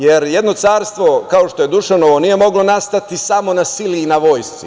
Jedno carstvo, kao što je Dušanovo, nije moglo nastati samo na sili i na vojsci.